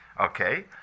Okay